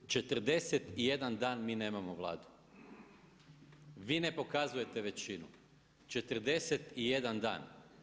41 dan mi nemamo Vladu, vi ne pokazujete većinu, 41 dan.